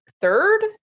third